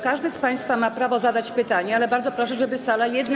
Każdy z państwa ma prawo zadać pytanie, ale bardzo proszę, żeby sala jednak.